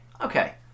Okay